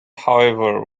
however